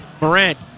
Morant